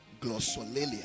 glossolalia